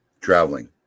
Traveling